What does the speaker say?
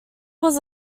was